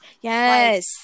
yes